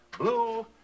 Blue